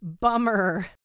bummer